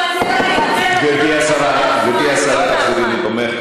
מים, גברתי השרה, תחזרי למקומך.